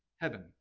heaven